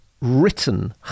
written